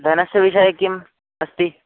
धनस्य विषये किम् अस्ति